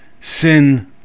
sin